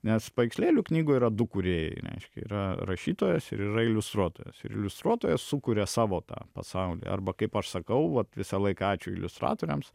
nes paveikslėlių knygų yra du kūrėjai reiškia yra rašytojas ir yra iliustruotojas ir iliustruotojas sukuria savo tą pasaulį arba kaip aš sakau vat visąlaik ačiū iliustratoriams